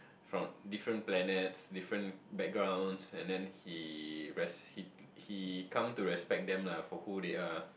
from different planets different backgrounds and then he res~ he come to respect them lah for who they are